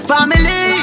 Family